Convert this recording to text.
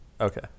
Okay